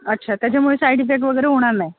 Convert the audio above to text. अच्छा त्याच्यामुळे side effect वगैरे होणार नाही